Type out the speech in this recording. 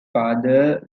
father